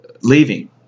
leaving